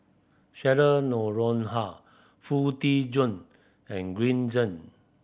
Cheryl Noronha Foo Tee Jun and Green Zeng